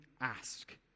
ask